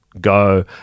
go